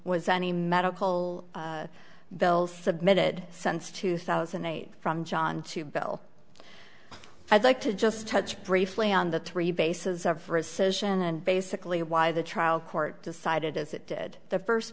was any medical bills submitted sense two thousand and eight from john to bill i'd like to just touch briefly on the three bases of rescission and basically why the trial court decided as it did the first